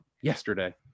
yesterday